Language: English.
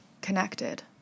connected